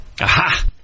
Aha